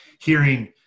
hearing